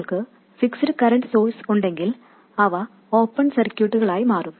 നിങ്ങൾക്ക് fixed current source ഉണ്ടെങ്കിൽ അവ ഓപ്പൺ സർക്യൂട്ടുകളായി മാറും